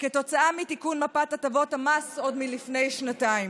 כתוצאה מתיקון מפת הטבות המס עוד לפני שנתיים.